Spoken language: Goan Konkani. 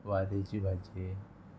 वालेची भाजी